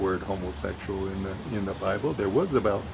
word homosexual in there in the bible there was about